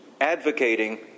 advocating